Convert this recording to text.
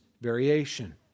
variation